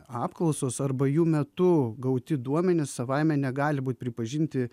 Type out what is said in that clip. apklausos arba jų metu gauti duomenys savaime negali būt pripažinti